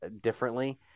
differently